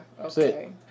okay